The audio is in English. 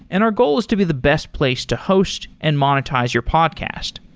and our goal is to be the best place to host and monetize your podcast.